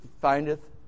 findeth